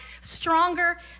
stronger